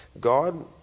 God